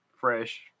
fresh